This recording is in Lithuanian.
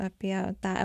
apie tą